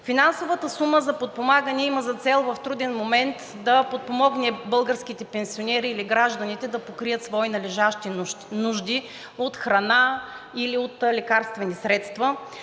Финансовата сума за подпомагане има за цел в труден момент да подпомогне българските пенсионери или гражданите да покрият свои належащи нужди от храна или от лекарствени средства